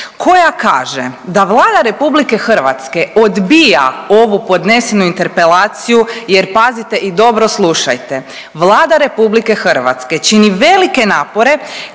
koja kaže da Vlada RH odbija ovu podnesenu interpelaciju jer pazite i dobro slušajte, Vlada RH čini velike napore